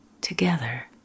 together